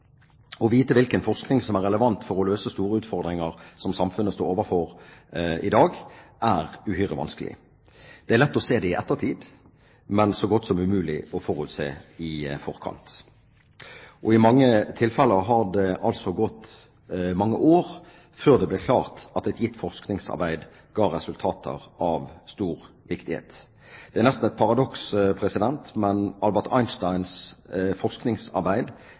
Å vite hvilken forskning som er relevant for å løse store utfordringer som samfunnet står overfor i dag, er uhyre vanskelig. Det er lett å se det i ettertid, men så godt som umulig å forutse i forkant. I mange tilfeller har det altså gått mange år før det ble klart at et gitt forskningsarbeid ga resultater av stor viktighet. Det er nesten et paradoks, men Albert Einsteins forskningsarbeid